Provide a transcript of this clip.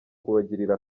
kubagirira